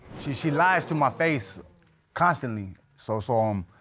she she lies to my face constantly. so, so um.